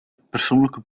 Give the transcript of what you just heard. persoonlijke